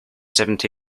seventy